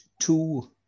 two